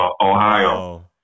Ohio